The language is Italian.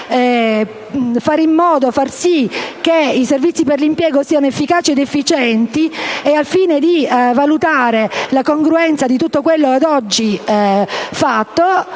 parlano, che gli stessi servizi per l'impiego siano efficaci ed efficienti. Al fine di valutare la congruenza di tutto quello ad oggi fatto